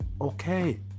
Okay